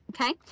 Okay